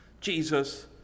Jesus